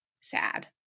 sad